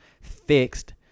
fixed